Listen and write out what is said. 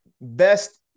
best